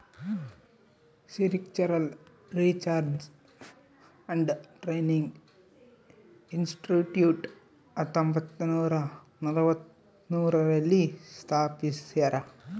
sericultural research and training institute ಹತ್ತೊಂಬತ್ತುನೂರ ನಲವತ್ಮೂರು ರಲ್ಲಿ ಸ್ಥಾಪಿಸ್ಯಾರ